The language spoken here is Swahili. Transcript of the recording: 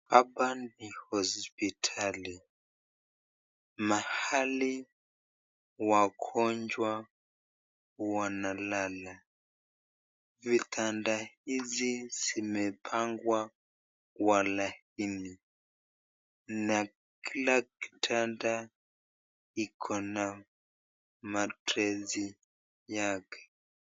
Hapa ni hospitali mahali wagonjwa huwa wanalala. Vitanda hizi zimepangwa kwa laini na kila kitanda iko na mattress yake